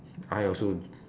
I also